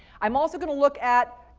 i'm also going to look at